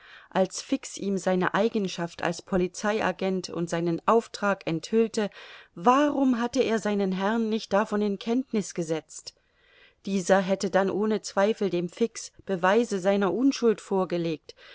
als fix ihm seine eigenschaft als polizei agent und seinen auftrag enthüllte warum hatte er seinen herrn nicht davon in kenntniß gesetzt dieser hätte dann ohne zweifel dem fix beweise seiner unschuld vorgelegt